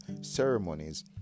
ceremonies